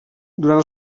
durant